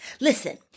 Listen